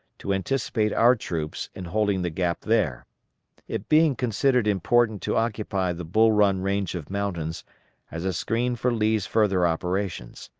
to anticipate our troops in holding the gap there it being considered important to occupy the bull run range of mountains as a screen for lee's further operations.